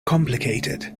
complicated